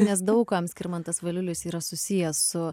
nes daug kam skirmantas valiulis yra susiję su